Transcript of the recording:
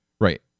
Right